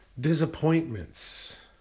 disappointments